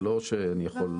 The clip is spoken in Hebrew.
זה לא שאני יכול.